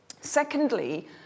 Secondly